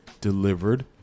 delivered